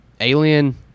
Alien